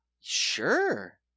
sure